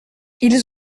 ils